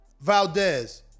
Valdez